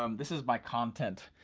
um this is my content,